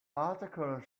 article